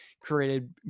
created